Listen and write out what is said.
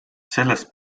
selles